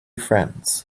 friends